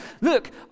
Look